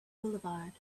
boulevard